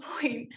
point